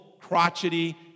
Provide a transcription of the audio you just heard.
crotchety